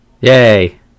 yay